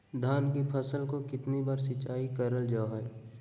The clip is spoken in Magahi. धान की फ़सल को कितना बार सिंचाई करल जा हाय?